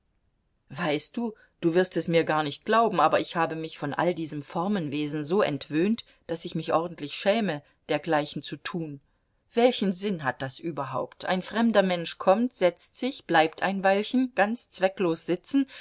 weißt du du wirst es mir gar nicht glauben aber ich habe mich von all diesem formenwesen so entwöhnt daß ich mich ordentlich schäme dergleichen zu tun welchen sinn hat das überhaupt ein fremder mensch kommt setzt sich bleibt ein weilchen ganz zwecklos sitzen